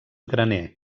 graner